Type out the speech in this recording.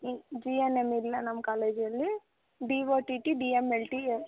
G M N ಇಲ್ಲ ನಮ್ಮ ಕಾಲೇಜಲ್ಲಿ D O T T D M L T